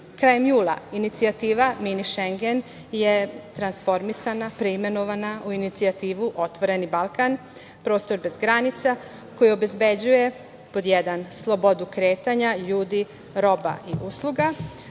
Krajem jula inicijativa „Mini šengen“ je transformisana, preimenovana u inicijativu „Otvoreni Balkan“, prostor bez granica, koji obezbeđuje, pod jedan, slobodu kretanja ljudi, roba i usluga,